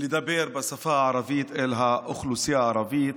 לדבר בשפה הערבית אל האוכלוסייה הערבית